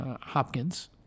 Hopkins